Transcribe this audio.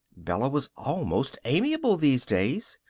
bella was almost amiable these days.